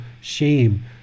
shame